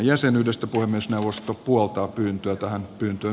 puhemiesneuvosto puoltaa pyyntöä